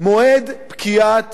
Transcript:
מועד פקיעת